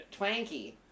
twanky